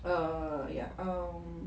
err ya um